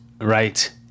Right